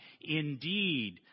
Indeed